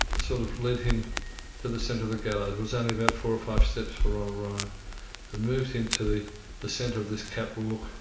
sort of led him to the centre of the gallows, it was only about four or five steps for ronald ryan, and moved him to the the centre of this catwalk,